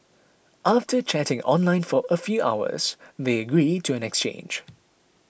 after chatting online for a few hours they agreed to an exchange